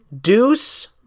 Deuce